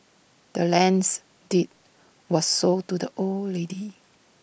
the land's deed was sold to the old lady